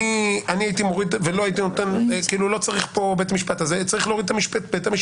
אני הייתי מוריד את "בית המשפט".